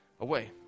away